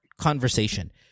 conversation